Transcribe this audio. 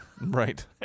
Right